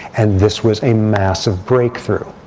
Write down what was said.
and this was a massive breakthrough.